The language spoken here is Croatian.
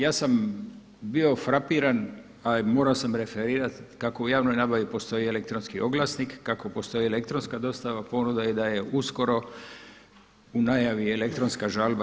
Ja sam bio frapiran, ali morao sam referirati kako u javnoj nabavi postoji elektronski oglasnik, kako postoji elektronska dostava ponuda i da je uskoro u najavi i elektronska žalba.